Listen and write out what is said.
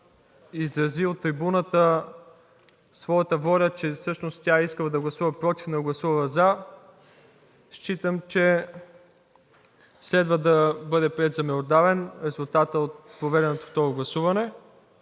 изрази от трибуната своята воля, че всъщност тя е искала да гласува против, но е гласувала за, считам, че следва да бъде приет за меродавен резултатът от проведеното второ гласуване,